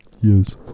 Yes